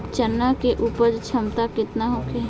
चना के उपज क्षमता केतना होखे?